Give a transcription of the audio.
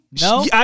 No